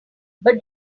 but